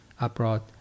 abroad